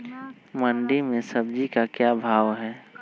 मंडी में सब्जी का क्या भाव हैँ?